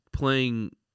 Playing